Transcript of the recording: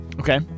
Okay